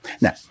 Now